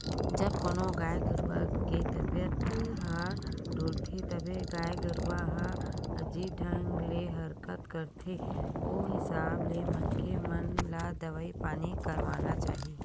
जब कोनो गाय गरु के तबीयत ह डोलथे तभे गाय गरुवा ह अजीब ढंग ले हरकत करथे ओ हिसाब ले मनखे मन ल दवई पानी करवाना चाही